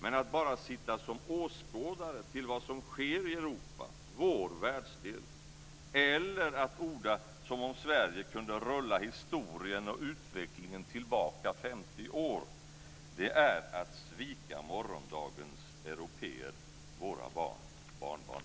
Men att bara sitta som åskådare till vad som sker i Europa, vår världsdel, eller att orda som om Sverige kunde rulla historien och utvecklingen tillbaka 50 år är att svika morgondagens européer, våra barn och barnbarn.